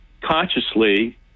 consciously